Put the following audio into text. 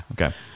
Okay